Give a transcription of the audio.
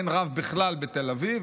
אין רב בכלל בתל אביב,